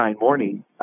morning